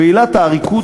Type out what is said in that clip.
ועילת העריקות,